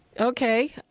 Okay